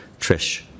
Trish